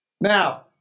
Now